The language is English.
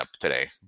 today